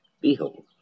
Behold